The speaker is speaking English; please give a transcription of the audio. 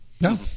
No